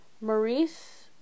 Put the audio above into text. Maurice